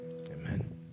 Amen